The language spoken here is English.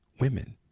women